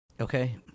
okay